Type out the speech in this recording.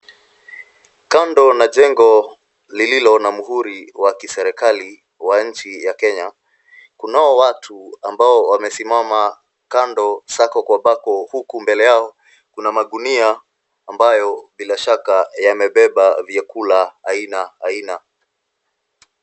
Kando na jengo lililo na muhuri wa kiserikali wa nchi ya Kenya kunao watu ambao wamesimama kando sako kwa bako huku mbele yao kuna magunia ambayo bila shaka yamebeba vyakula aina aina.